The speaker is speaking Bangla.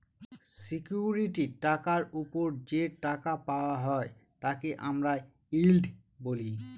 সিকিউরিটি টাকার ওপর যে টাকা পাওয়া হয় তাকে আমরা ইল্ড বলি